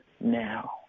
now